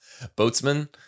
Boatsman